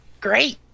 Great